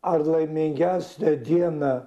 ar laimingesnė diena